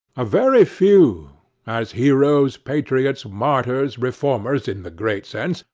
a very few as heroes, patriots, martyrs, reformers in the great sense,